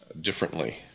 differently